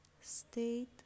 State